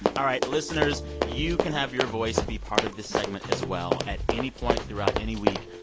all right. listeners, you can have your voice be part of the segment as well. at any point throughout any week,